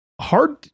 hard